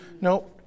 No